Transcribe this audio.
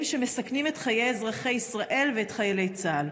שמסכנים את חיי אזרחי ישראל ואת חיילי צה"ל.